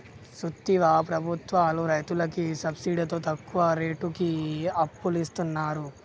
సూత్తివా ప్రభుత్వాలు రైతులకి సబ్సిడితో తక్కువ రేటుకి అప్పులిస్తున్నరు